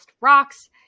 rocks